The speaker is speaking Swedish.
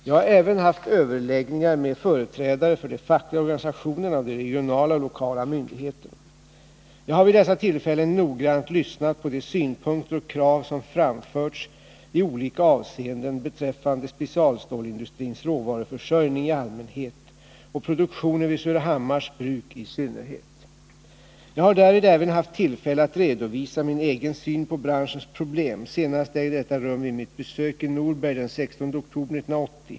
Jag har även haft överläggningar med företrädare för de fackliga organisationerna och de regionala och lokala myndigheterna. Jag har vid dessa tillfällen noggrant lyssnat på de synpunkter och krav som framförts i olika avseenden beträffande specialstålsindustrins råvaruförsörjning i allmänhet och produktionen vid Surahammars Bruk i synnerhet. Jag har därvid även haft tillfälle att redovisa min egen syn på branschens problem. Senast ägde detta rum vid mitt besök i Norberg den 16 oktober 1980.